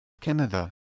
Canada